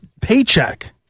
paycheck